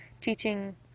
teaching